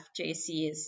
FJCs